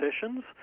sessions